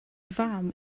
fam